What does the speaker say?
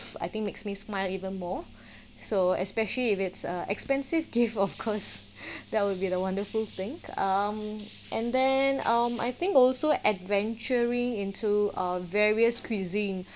I think makes me smile even more so especially if it's a expensive gift of course that will be the wonderful thing um and then um I think also adventuring into uh various cuisine